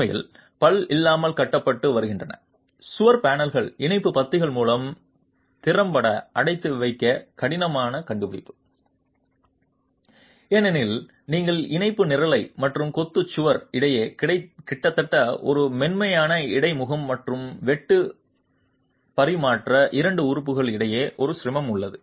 உண்மையில் பல் இல்லாமல் கட்டப்பட்டு வருகின்றன சுவர் பேனல்கள் இணைப்பு பத்திகள் மூலம் திறம்பட அடைத்து வைக்க கடினமாக கண்டுபிடிக்க ஏனெனில் நீங்கள் இணைப்பு நிரலை மற்றும் கொத்து சுவர் இடையே கிட்டத்தட்ட ஒரு மென்மையான இடைமுகம் மற்றும் வெட்டு பரிமாற்ற இரண்டு உறுப்புகள் இடையே ஒரு சிரமம் உள்ளது